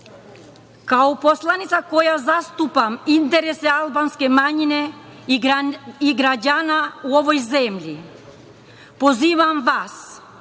poslanica koja zastupa interese albanske manjine i građana u ovoj zemlji, pozivam vas,